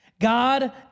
God